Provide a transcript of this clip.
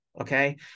Okay